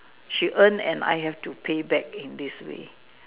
she earned and I have to pay back in this way